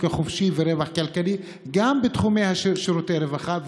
החופשי ורווח כלכלי גם בתחומי שירותי הרווחה,